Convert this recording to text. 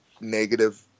negative